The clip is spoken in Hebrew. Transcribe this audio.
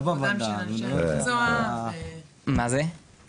אני מבקשת לשמור על כבודם של אנשי המקצוע --- חס וחלילה,